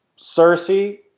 Cersei